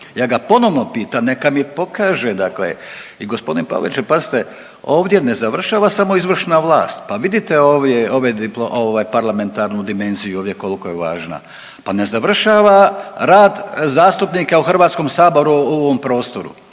Ja ga ponovno pitam neka mi pokaže dakle i g. Pavliček, pazite, ovdje ne završava samo izvršna vlast, pa vidite ovdje, ove parlamentarnu dimenziju koliko je važna. Pa ne završava rad zastupnika u HS-u u ovom prostoru.